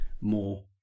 more